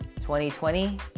2020